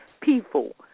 people